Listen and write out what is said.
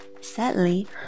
Sadly